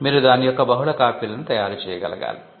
మీరు దాని యొక్క బహుళ కాపీలను తయారు చేయగలగాలి